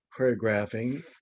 choreographing